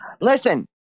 Listen